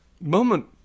Moment